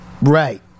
Right